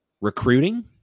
recruiting